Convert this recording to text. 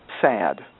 sad